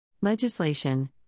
Legislation